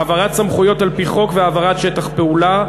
העברת סמכויות על-פי חוק והעברת שטח פעולה: